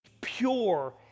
pure